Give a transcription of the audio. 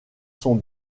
sont